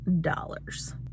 dollars